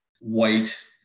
white